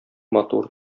матур